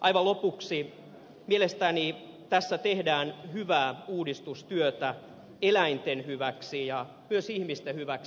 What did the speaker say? aivan lopuksi mielestäni tässä tehdään hyvää uudistustyötä eläinten hyväksi ja myös ihmisten hyväksi